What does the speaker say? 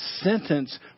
sentence